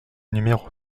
numéro